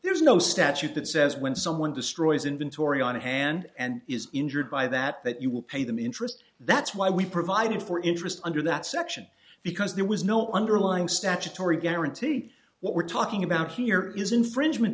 there's no statute that says when someone destroys inventory on hand and is injured by that that you will pay them interest that's why we provided for interest under that section because there was no underlying statutory guarantee what we're talking about here is infringement